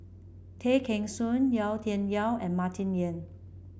Tay Kheng Soon Yau Tian Yau and Martin Yan